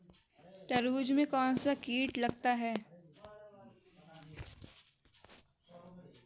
तरबूज में कौनसा कीट लगता है?